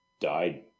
died